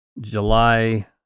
July